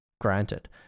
granted